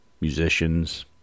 musicians